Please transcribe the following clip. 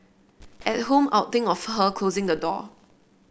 at home I'd think of her closing the door